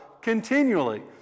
continually